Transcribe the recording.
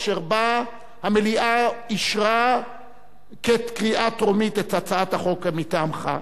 אשר בה המליאה אישרה בקריאה טרומית את הצעת החוק מטעמך,